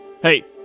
hey